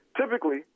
typically